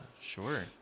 sure